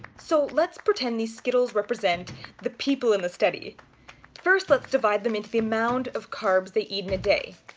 so let's pretend these skittles represent the people in the study first let's divide them into the amount of carbs they eat in a day.